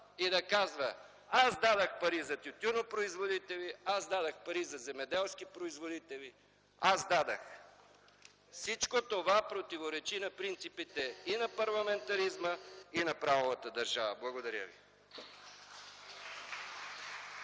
и да казва: „Аз дадох пари за тютюнопроизводители! Аз дадох пари за земеделски производители! Аз дадох!”. Всичко това противоречи на принципите и на парламентаризма, и на правовата държава. Благодаря ви.